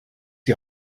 die